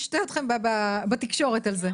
נשתה אתכם בתקשורת על זה.